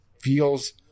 feels